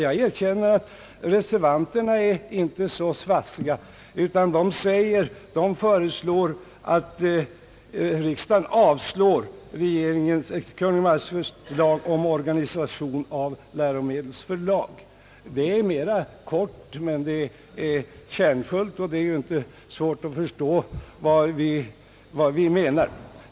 Jag erkänner att reservanterna inte är så svassiga. De begär att riksdagen avslår Kungl. Maj:ts förslag om organisation av läromedelsförlag. Det är mera kort, men det är kärnfullt, och det är inte svårt att förstå vad vi menar.